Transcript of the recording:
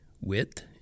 width